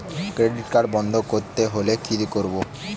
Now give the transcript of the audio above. Credit card বন্ধ করতে হলে কি করব?